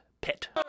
Pit